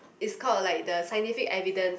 is called like the scientific evidence